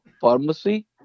pharmacy